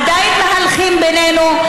עדיין מהלכים בינינו,